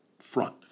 front